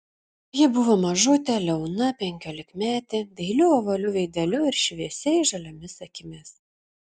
ji buvo mažutė liauna penkiolikmetė dailiu ovaliu veideliu ir šviesiai žaliomis akimis